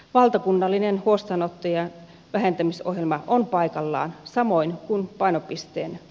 valtakunnallinen huostaanottojen vähentämisohjelma on paikallaan samoin kuin painopisteen